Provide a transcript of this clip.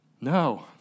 No